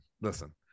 listen